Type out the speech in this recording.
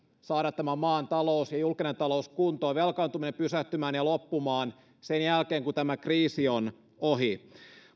saada tämän maan talous ja julkinen talous kuntoon velkaantuminen pysähtymään ja loppumaan sen jälkeen kun tämä kriisi on ohi